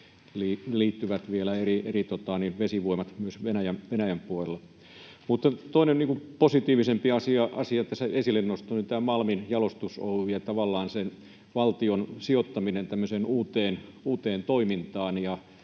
liittyvät vielä eri vesivoimalat myös Venäjän puolella. Mutta toinen, positiivisempi asia: Nostan tässä esille tämän Suomen Malmijalostus Oy:n ja tavallaan valtion sijoittamisen tämmöiseen uuteen toimintaan